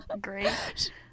great